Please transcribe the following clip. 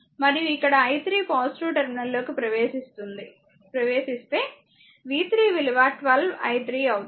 మరియు ఇక్కడ i3 positive టెర్మినల్లోకి ప్రవేశిస్తే v3 విలువ 12 i3 అవుతుంది